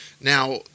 Now